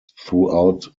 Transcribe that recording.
throughout